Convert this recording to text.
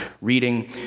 reading